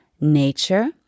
nature